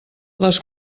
les